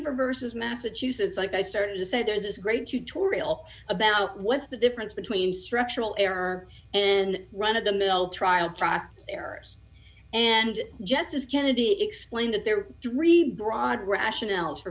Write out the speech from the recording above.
versus massachusetts i started to say there's this great tutorial about what's the difference between structural error and run of the mill trial process errors and justice kennedy explained that there are three broad rationales for